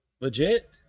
legit